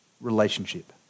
relationship